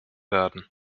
werden